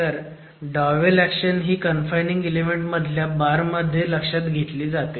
तर dowel action ही confining element मधल्या बार मध्ये लक्षात घेतली जाते